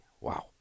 Wow